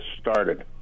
started